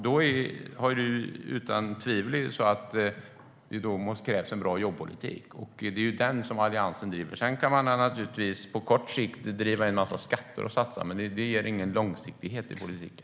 Då krävs det utan tvivel en bra jobbpolitik. Det är den som Alliansen driver. Sedan kan man naturligtvis på kort sikt driva in en massa skatter, men det ger ingen långsiktighet i politiken.